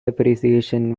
appreciation